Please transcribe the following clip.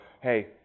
hey